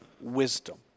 wisdom